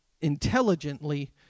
intelligently